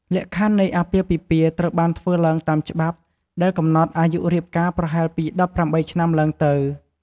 លក្ខខណ្ឌនៃអាពាហ៍ពិពាហ៍ត្រូវបានធ្វើឡើងតាមច្បាប់ ដែលកំណត់អាយុរៀបការប្រហែលពី ១៨ ឆ្នាំឡើងទៅ។